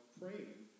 praying